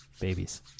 babies